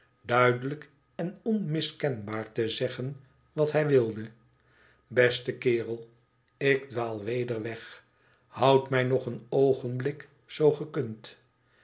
duidelijk en onmiskenbaar te zeggen wat hij wilde beste kerel ik dwaal weer weg houd mij nog een oogenblik zoo